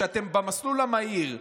אתם במסלול המהיר,